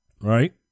Right